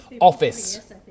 Office